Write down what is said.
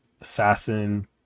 assassin